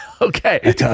Okay